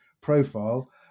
profile